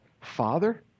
Father